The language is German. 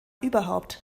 überhaupt